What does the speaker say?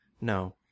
No